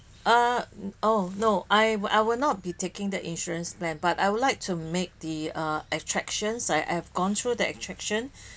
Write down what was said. oh no I will I will not be taking that insurance plan but I would like to make the uh attractions I I've gone through the attraction